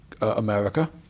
America